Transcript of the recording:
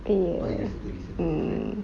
mm mm